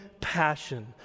passion